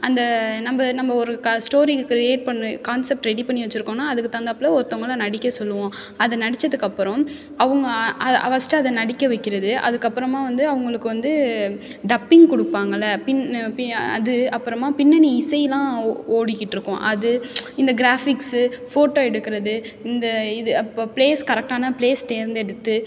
அந்த நம்ம நம்ம ஒரு கா ஸ்டோரி க்ரியேட் பண்ணி கான்செப்ட் ரெடி பண்ணி வெச்சிருக்கோம்னா அதுக்கு தகுந்தாப்பில ஒருத்தங்கள நடிக்க சொல்வோம் அதை நடித்ததுக்கப்புறம் அவங்க ஃபர்ஸ்ட்டு அதை நடிக்க வைக்கிறது அதுக்கப்புறமாக வந்து அவங்களுக்கு வந்து டப்பிங் கொடுப்பாங்கள்ல பின் பி அது அப்புறமாக பின்னணி இசைலாம் ஓடிக்கிட்டிருக்கும் அது இந்த க்ராஃபிக்ஸு ஃபோட்டோ எடுக்கிறது இந்த இது அப் ப ப்ளேஸ் கரெக்டான ப்ளேஸ் தேர்ந்தெடுத்து